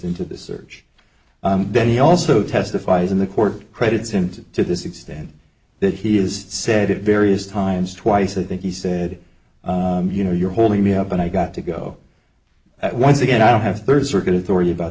into this search then he also testifies in the court credits him to to this extent that he is said it various times twice i think he said you know you're holding me up and i got to go at once again i don't have third circuit authority about